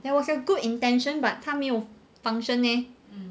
there was a good intention but 他没有 function leh